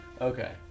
Okay